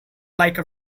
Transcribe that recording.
like